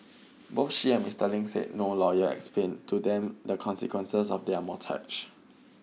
both she and Mister Ling said no lawyer explained to them the consequences of their mortgage